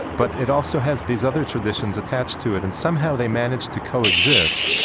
but it also has these other traditions attached to it, and somehow they manage to coexist.